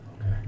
okay